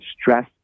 stress